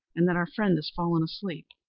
and that our friend has fallen asleep.